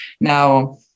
now